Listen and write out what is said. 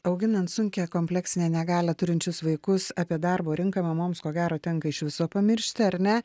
auginant sunkią kompleksinę negalią turinčius vaikus apie darbo rinką mamoms ko gero tenka iš viso pamiršti ar ne